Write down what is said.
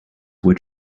were